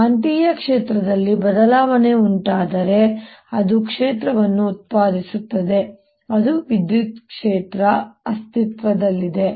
ಕಾಂತೀಯ ಕ್ಷೇತ್ರದಲ್ಲಿ ಬದಲಾವಣೆ ಉಂಟಾದರೆ ಅದು ಕ್ಷೇತ್ರವನ್ನು ಉತ್ಪಾದಿಸುತ್ತದೆ ವಿದ್ಯುತ್ ಕ್ಷೇತ್ರ ಅಸ್ತಿತ್ವದಲ್ಲಿದೆ